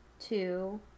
two